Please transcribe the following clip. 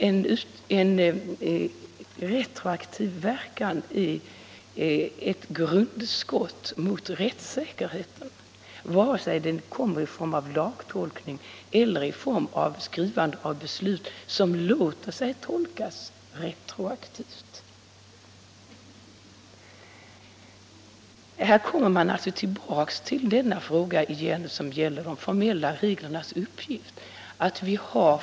En retroaktiv verkan är ett grundskott mot rättssäkerheten vare sig den kommer i form av lagtolkning eller i form av beslut som låter sig tolkas retroaktivt. Man kommer alltså här tillbaka till frågan om de formella reglernas uppgift.